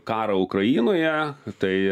karą ukrainoje tai